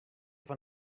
fan